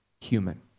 human